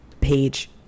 page